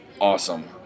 awesome